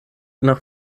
nach